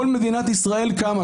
כל מדינת ישראל קמה,